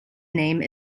name